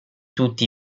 tutti